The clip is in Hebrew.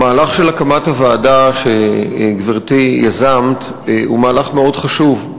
המהלך של הקמת הוועדה שגברתי יזמה הוא מהלך מאוד חשוב.